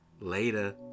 later